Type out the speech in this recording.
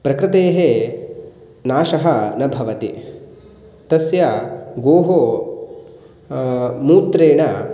प्रकृतेः नाशः न भवति तस्य गोः मूत्रेण